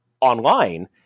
online